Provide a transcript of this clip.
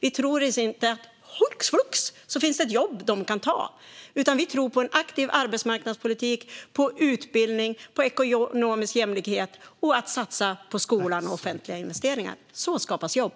Vi tror inte att det hux flux finns ett jobb de kan ta. Vi tror på en aktiv arbetsmarknadspolitik, på utbildning, på ekonomisk jämlikhet och på att satsa på skolan och offentliga investeringar. Så skapas jobb.